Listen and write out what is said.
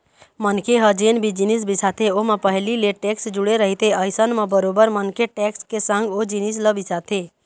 मनखे ह जेन भी जिनिस बिसाथे ओमा पहिली ले टेक्स जुड़े रहिथे अइसन म बरोबर मनखे टेक्स के संग ओ जिनिस ल बिसाथे